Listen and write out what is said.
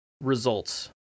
results